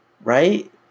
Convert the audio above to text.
Right